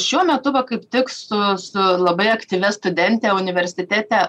šiuo metu va kaip tik su su labai aktyvia studente universitete